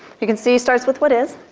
you can see he starts with what is,